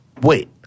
wait